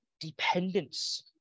dependence